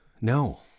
No